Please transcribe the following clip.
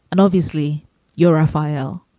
and obviously europhile.